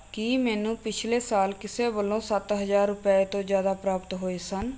ਕੀ ਮੈਨੂੰ ਪਿਛਲੇ ਸਾਲ ਕਿਸੇ ਵੱਲੋਂ ਸੱਤ ਹਜ਼ਾਰ ਰੁਪਏ ਤੋਂ ਜ਼ਿਆਦਾ ਪ੍ਰਾਪਤ ਹੋਏ ਸਨ